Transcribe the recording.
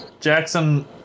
Jackson